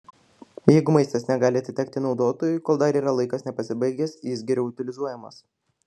jeigu maistas negali atitekti naudotojui kol dar yra laikas nepasibaigęs jis geriau utilizuojamas